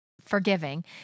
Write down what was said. forgiving